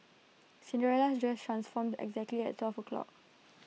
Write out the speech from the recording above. Cinderella's dress transformed exactly at twelve o'clock